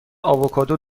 آووکادو